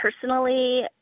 personally